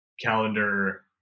calendar